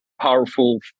powerful